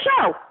show